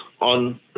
on